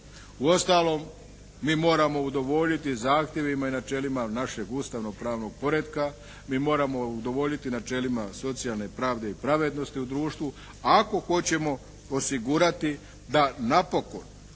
Uostalom, mi moramo udovoljiti zahtjevima i načelima našeg ustavno-pravnog poretka, mi moramo udovoljiti načelima socijalne pravde i pravednosti u društvu ako hoćemo osigurati da napokon